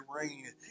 rain